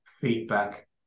feedback